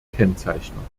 kennzeichnung